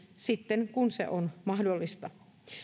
sitten kun se on mahdollista